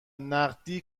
نقدی